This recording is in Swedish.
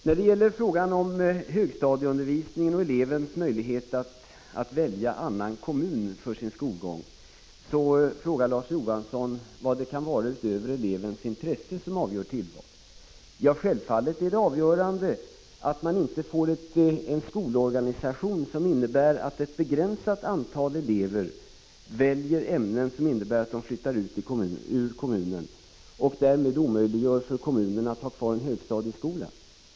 När det gäller högstadieundervisningen och elevens möjlighet att välja annan kommun för sin skolgång frågar Larz Johansson vad det kan vara utöver elevens intresse som är avgörande. Självfallet är det avgörande att man inte får en skolorganisation som innebär att ett begränsat antal elever väljer ämnen som leder till att eleverna flyttar ut ur kommunen och därmed omöjliggör för kommunen att ha kvar högstadiet i skolan.